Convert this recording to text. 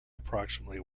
approximately